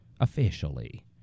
officially